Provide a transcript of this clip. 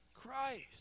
Christ